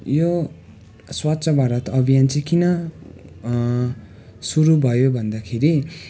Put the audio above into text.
यो स्वच्छ भारत अभियान चाहिँ किन सुरु भयो भन्दाखेरि